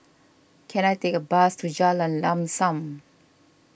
can I take a bus to Jalan Lam Sam